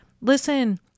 listen